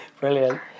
Brilliant